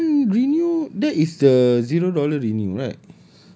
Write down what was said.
ya but then renew dia is the zero dollar renew right